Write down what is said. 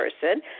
person